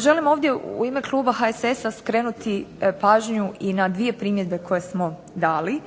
želim ovdje u ime kluba HSS-a skrenuti pažnju i na dvije primjedbe koje smo dali,